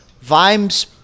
Vimes